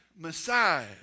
Messiah